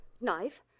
Knife